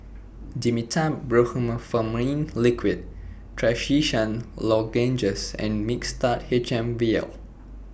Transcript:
Dimetapp Brompheniramine Liquid Trachisan Lozenges and Mixtard H M Vial